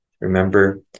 Remember